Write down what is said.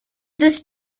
this